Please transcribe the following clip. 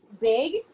big